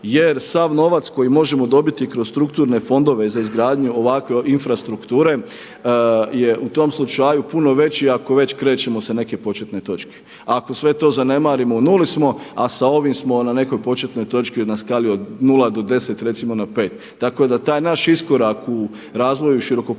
jer sav novac koji možemo dobiti kroz strukturne fondove za izgradnju ovakve infrastrukture je u tom slučaju puno veći ako već krećemo sa neke početne točke. A ako sve to zanemarimo u nuli smo, a sa ovim smo na nekoj početnoj točki, na skali od 0 do 10 recimo na 5. Tako da taj naš iskorak u razvoju širokopojasne